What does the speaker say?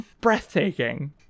Breathtaking